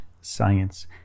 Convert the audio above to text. science